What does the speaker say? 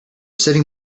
sitting